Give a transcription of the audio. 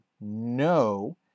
no